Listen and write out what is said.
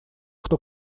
кто